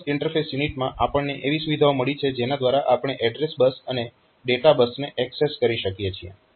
તો bus interface યુનિટમાં આપણને એવી સુવિધાઓ મળી છે જેના દ્વારા આપણે એડ્રેસ બસ અને ડેટા બસને એક્સેસ કરી શકીએ છીએ